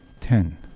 ten